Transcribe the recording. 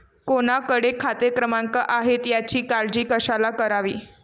कोणाकडे खाते क्रमांक आहेत याची काळजी कशाला करावी